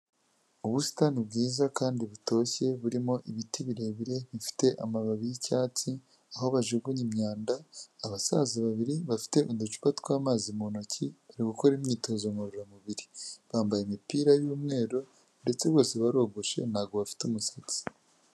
Ubusitani bwiza kandi butoshye burimo ibiti birebire bifite amababi y'icyatsi aho bajugunya imyanda, abasaza babiri bafite uducupa tw'amazi mu ntoki bari gukora imyitozo ngororamubiri, bambaye imipira y'umweru ndetse bose barogoshe ntabwo bafite umusatsi.